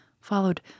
followed